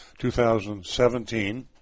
2017